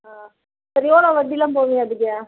ஆ சரி எவ்வளோ வட்டி எல்லாம் போடுவீங்க அதுக்கு